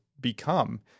become